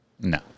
No